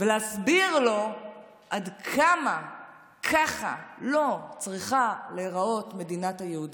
ולהסביר לו עד כמה ככה לא צריכה להיראות כך מדינת היהודים.